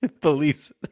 believes –